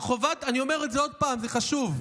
אני אומר את זה עוד פעם, זה חשוב,